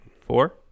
Four